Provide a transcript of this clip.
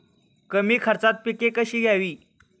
कमी खर्चात पिके कशी घ्यावी?